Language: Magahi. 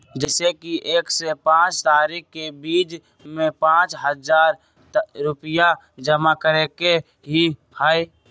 जैसे कि एक से पाँच तारीक के बीज में पाँच हजार रुपया जमा करेके ही हैई?